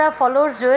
followers